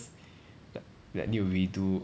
like like need to redo